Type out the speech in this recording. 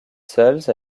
seuls